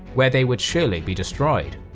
where they would surely be destroyed.